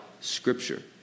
scripture